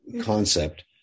concept